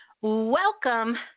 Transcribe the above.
Welcome